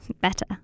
Better